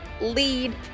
lead